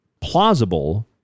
plausible